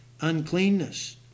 uncleanness